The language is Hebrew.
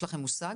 יש לכם מושג?